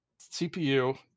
CPU